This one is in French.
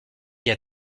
cria